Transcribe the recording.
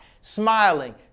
smiling